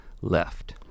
left